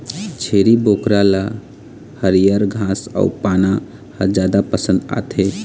छेरी बोकरा ल हरियर घास अउ पाना ह जादा पसंद आथे